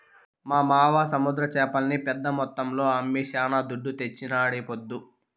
మా మావ సముద్ర చేపల్ని పెద్ద మొత్తంలో అమ్మి శానా దుడ్డు తెచ్చినాడీపొద్దు